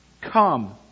Come